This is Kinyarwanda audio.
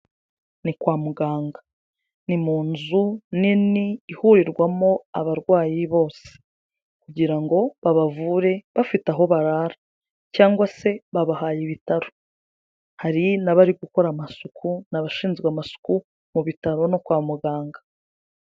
Ni kwa muganga ni mu nzu nini ihurirwamo abarwayi bose kugira ngo babavure bafite aho barara cyangwa se babahaye ibitaro, hari n'abari gukora amasuku ni abashinzwe amasuku mu bitaro no kwa muganga.